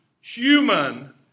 human